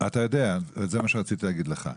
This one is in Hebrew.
זה מה שרציתי לומר לך.